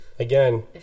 Again